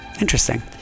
Interesting